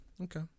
Okay